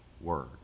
Word